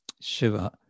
Shiva